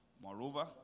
Moreover